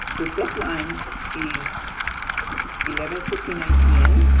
the deadline is eleven fifty nine p m,